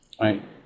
Right